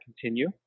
continue